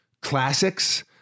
classics